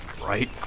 Right